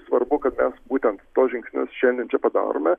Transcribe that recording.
svarbu kad mes būtent tuos žingsnius šiandien čia padarome